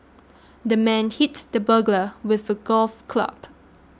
the man hit the burglar with a golf club